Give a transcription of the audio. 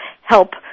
help